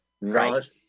Right